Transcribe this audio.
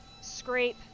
scrape